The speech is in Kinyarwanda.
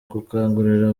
gukangurira